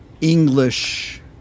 English